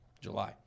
July